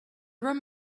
room